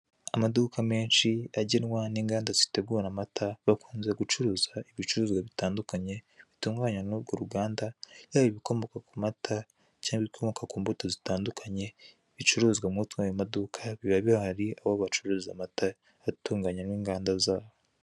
Amaduka menshi agenwa n'inganda zitegura amata bakunze gucuruza ibivcuruzwa bitandukanye bitunganwa n'urwo ruganda, yaba ibikomoka ku mata cyangwa ibikomoka ku mbuto zitandukanye bicuruzwa mo mwayo maduka biba bihari aho bacuruza amata atunganywa n'inganda zaho.